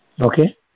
Okay